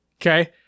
Okay